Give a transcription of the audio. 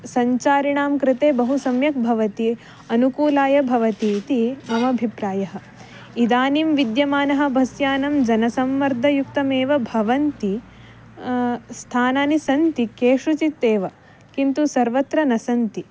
सञ्चारिणां कृते बहु सम्यक् भवति अनुकूलाय भवतीति ममभिप्रायः इदानीं विद्यमानं बस् यानं जनसम्मर्दयुक्तमेव भवति स्थानानि सन्ति केषुचिदेव किन्तु सर्वत्र न सन्ति